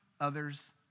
others